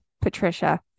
Patricia